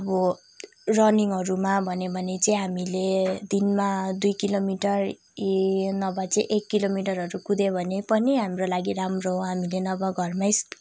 अब रनिङहरूमा भन्यो भने चाहिँ हामीले दिनमा दुई किलोमिटर ए नभए चाहिँ एक किलोमिटरहरू कुद्यो भने पनि हाम्रो लागि राम्रो हो हामीले नभए घरमै